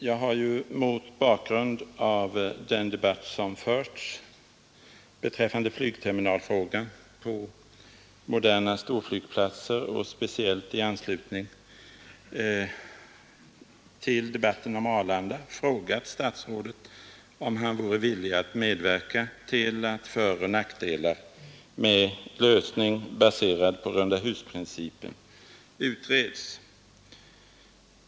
Jag har ju mot bakgrund av den debatt som förts beträffande flygterminalfrågan, moderna storflygplatser och speciellt i anslutning till debatten om Arlanda frågat statsrådet om han vore villig att medverka till att föroch nackdelar med en lösning baserad på rundahusprincipen utreds.